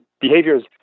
behaviors